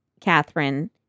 Catherine